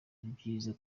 ibyiza